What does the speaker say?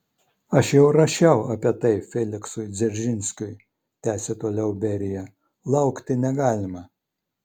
aš jau rašiau apie tai feliksui dzeržinskiui tęsė toliau berija laukti negalima